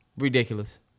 ridiculous